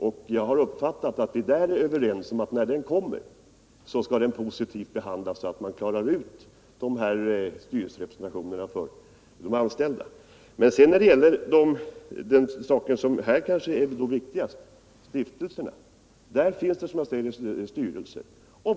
Och jag har uppfattat att vi är överens om att när det kommer så skall det behandlas positivt så att vi kan klara ut styrelserepresentationen för anställda. Men det viktigaste gäller kanske stiftelserna, där det finns styrelser.